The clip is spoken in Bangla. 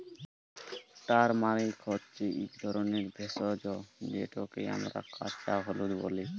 টারমারিক হছে ইক ধরলের ভেষজ যেটকে আমরা কাঁচা হলুদ ব্যলি